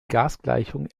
gasgleichung